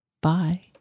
Bye